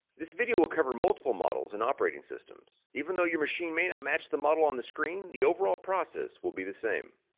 this video will cover multiple models and operating systems. even though your machine may not match the model on the screen the overall process will be the same.